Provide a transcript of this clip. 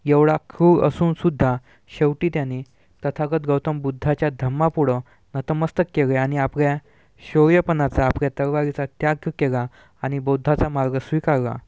एवढा क्रूर असूनसुद्धा शेवटी त्याने तथागत गौतम बुद्धाच्या धम्मापुढं नतमस्तक केले आणि आपल्या शौर्यपणाचा आपल्या तलवारीचा त्याग केला आणि बौद्धाचा मार्ग स्वीकारला